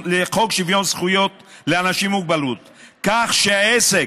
זכויות לאנשים עם מוגבלויות כך שעסק,